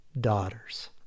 daughters